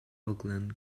oakland